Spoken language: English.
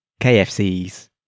KFCs